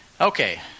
Okay